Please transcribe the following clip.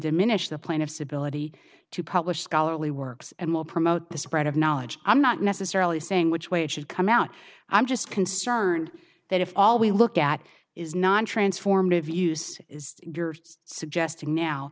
diminish the plaintiff's ability to publish scholarly works and will promote the spread of knowledge i'm not necessarily saying which way it should come out i'm just concerned that if all we look at is non transformative use is suggesting now